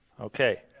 Okay